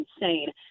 insane